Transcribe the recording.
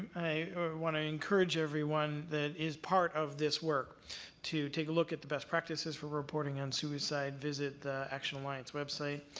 i want to encourage everyone that is part of this work to take a look at the best practices for reporting on suicide, visit the action alliance website.